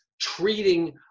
treating